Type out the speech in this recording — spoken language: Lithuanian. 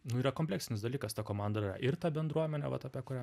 nu yra kompleksinis dalykas ta komanda ir yra ir ta bendruomenė vat apie kurią